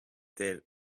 did